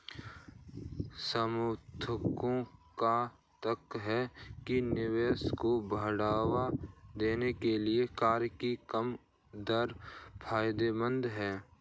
समर्थकों का तर्क है कि निवेश को बढ़ावा देने के लिए कर की कम दरें फायदेमंद हैं